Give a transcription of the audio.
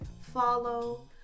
follow